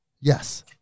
Yes